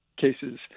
cases